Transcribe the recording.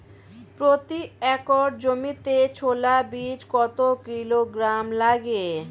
প্রতি একর জমিতে ছোলা বীজ কত কিলোগ্রাম লাগে?